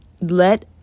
Let